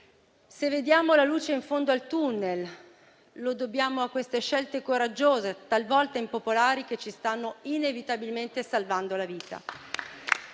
Se vediamo la luce in fondo al *tunnel,* lo dobbiamo a queste scelte coraggiose e talvolta impopolari che ci stanno inevitabilmente salvando la vita.